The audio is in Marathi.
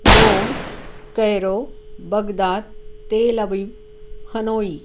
Rome Cairo Baghdad Tel Aviv Hanoi